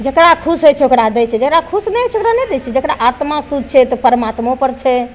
जकरा खुश होइ छै ओकरा दै छै जकरा खुश नहि होइ छै ओकरा नहि दै छै जकरा आत्मा शुद्ध छै तऽ परमात्मो पर छै